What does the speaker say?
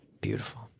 Beautiful